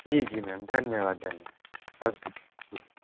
जी जी मॅम धन्यवाद धन्यवाद अगदी